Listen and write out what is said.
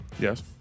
yes